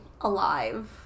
alive